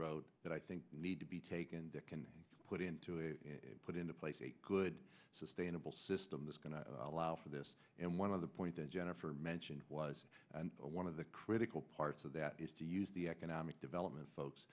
road that i think need to be taken that can put into it put into place a good sustainable system that's going to allow for this and one of the point that jennifer mentioned was one of the critical parts of that is to use the economic development folks